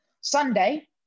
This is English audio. Sunday